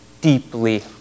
deeply